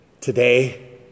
Today